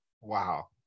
Wow